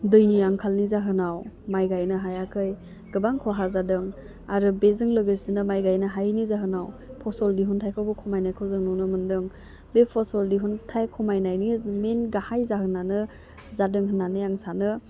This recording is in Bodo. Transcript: दैनि आंखालनि जाहोनाव माइ गायनो हायाखै गोबां खहा जादों आरो बेजों लोगोसेनो माइ गायनो हायिनि जाहोनाव फसल दिहुनथाइखौबो खमायनायखौ जों नुनो मोनदों बे फसल दिहुथाइ खमायनायनि मेइन गाहाय जाहोनानो जादों होननानै आं सानो